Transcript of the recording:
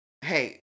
hey